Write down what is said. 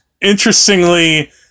interestingly